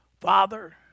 father